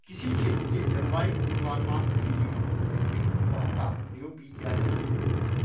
किसी क्षेत्र के जलवायु पूर्वानुमान के लिए कृत्रिम उपग्रहों का प्रयोग भी किया जाता है